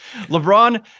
LeBron